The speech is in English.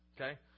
Okay